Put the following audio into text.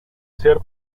ser